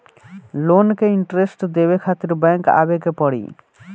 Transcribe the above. Loan के interest देवे खातिर बैंक आवे के पड़ी?